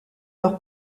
leur